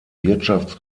wirtschafts